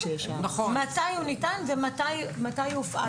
מתי הוא ניתן ומתי הוא הופעל.